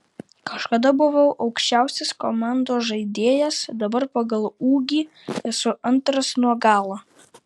kažkada buvau aukščiausias komandos žaidėjas dabar pagal ūgį esu antras nuo galo